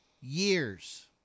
years